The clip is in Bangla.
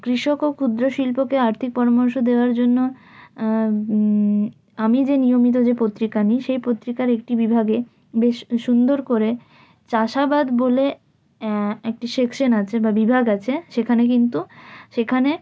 কৃষক ও ক্ষুদ্র শিল্পকে আর্থিক পরামর্শ দেওয়ার জন্য আমি যে নিয়মিত যে পত্রিকা নিই সেই পত্রিকার একটি বিভাগে বেশ সুন্দর করে চাষাবাদ বলে একটি সেকশান আছে বা বিভাগ আছে সেখানে কিন্তু সেখানে